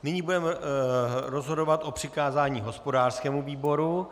Nyní budeme rozhodovat o přikázání hospodářskému výboru.